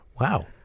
Wow